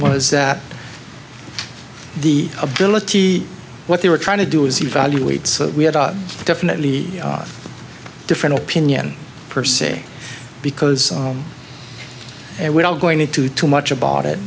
was that the ability what they were trying to do is evaluate so we had definitely a different opinion per se because it would all going into too much about it